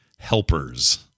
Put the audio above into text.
helpers